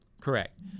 Correct